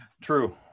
true